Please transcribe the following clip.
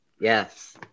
Yes